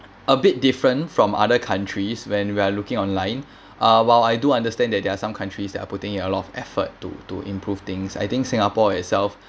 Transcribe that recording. a bit different from other countries when we're looking online uh while I do understand that there are some countries that are putting in a lot of effort to to improve things I think singapore itself